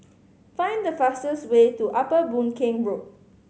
find the fastest way to Upper Boon Keng Road